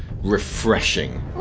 Refreshing